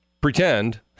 pretend